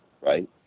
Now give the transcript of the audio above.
right